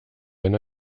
wenn